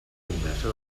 conversa